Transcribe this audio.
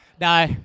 No